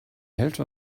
hälfte